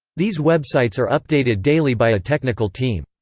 these websites are updated daily by a technical team.